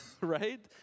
right